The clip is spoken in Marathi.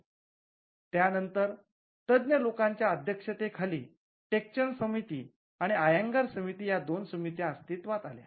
स्वातंत्र्यानंतर तज्ञ लोकांच्या अध्यक्षतेखाली टेकचंद समिती आणि अय्यंगार समिती या दोन समित्या अस्तित्त्वात आल्या